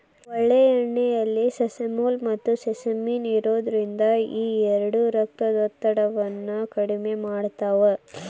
ಎಳ್ಳೆಣ್ಣೆಯಲ್ಲಿ ಸೆಸಮೋಲ್, ಮತ್ತುಸೆಸಮಿನ್ ಇರೋದ್ರಿಂದ ಈ ಎರಡು ರಕ್ತದೊತ್ತಡವನ್ನ ಕಡಿಮೆ ಮಾಡ್ತಾವ